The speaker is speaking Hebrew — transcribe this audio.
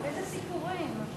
איזה סיפורים.